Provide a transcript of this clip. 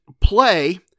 play